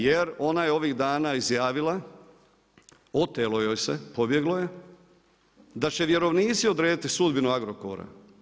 Jer ona je ovih dana izjavila, otelo joj se, pobjeglo joj je, da će vjerovnici odrediti sudbinu Agrokora.